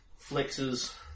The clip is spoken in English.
flexes